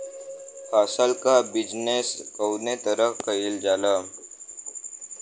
फसल क बिजनेस कउने तरह कईल जाला?